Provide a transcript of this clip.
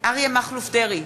אריה מכלוף דרעי,